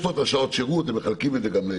יש לו את שעות השירות הם מחלקים את זה לשנתיים,